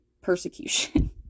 persecution